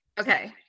Okay